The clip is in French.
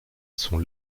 sont